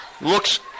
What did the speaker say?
Looks